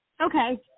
Okay